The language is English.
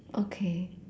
okay